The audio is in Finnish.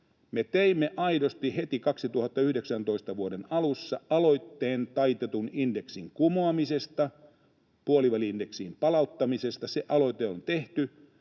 teimme aidosti heti vuoden 2019 alussa aloitteen taitetun indeksin kumoamisesta, puoliväli-indeksin palauttamisesta. Se aloite on tehty.